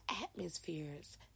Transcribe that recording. atmospheres